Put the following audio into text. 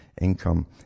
income